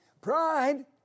Pride